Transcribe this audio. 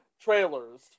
trailers